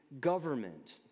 government